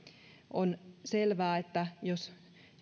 on selvää että jos